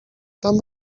tam